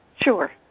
Sure